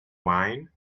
wine